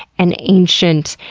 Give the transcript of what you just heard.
and ancient,